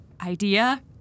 idea